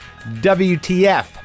WTF